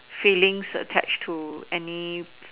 feelings attached to any